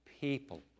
people